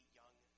young